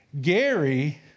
Gary